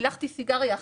פילחתי סיגריה אחת,